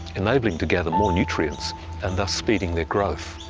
enabling to gather more nutrients and thus speeding their growth.